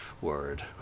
word